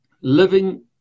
living